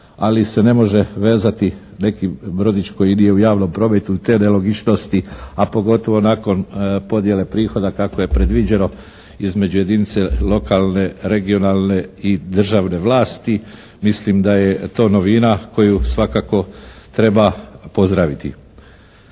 ali se ne može vezati neki brodić koji nije u javnom prometu. Te nelogičnosti, a pogotovo nakon podjele prihoda kako je predviđeno između jedinice lokalne, regionalne i državne vlasti mislim da je to novina koju svakako treba pozdraviti.